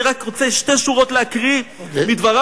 אני רוצה רק שתי שורות להקריא מדבריו